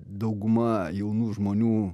dauguma jaunų žmonių